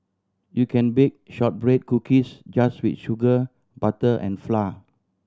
you can bake shortbread cookies just with sugar butter and flour